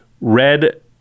red